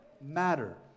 matter